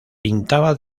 pintaba